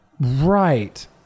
Right